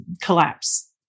collapse